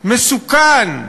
מסוכן,